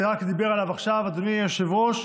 שדיבר עליו רק עכשיו אדוני היושב-ראש,